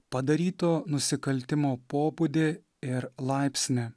padaryto nusikaltimo pobūdį ir laipsnį